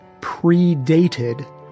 predated